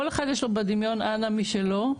הוא מחליט בדמיון אנה משלו,